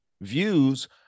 views